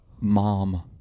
Mom